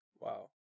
Wow